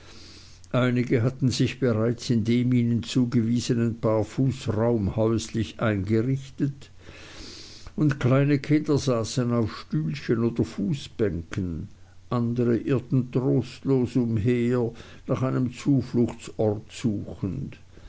einige hatten sich bereits in dem ihnen zugewiesenen paar fuß raum häuslich eingerichtet und kleine kinder saßen auf stühlchen oder fußbänken andere irrten trostlos umher nach einem zufluchtsort suchend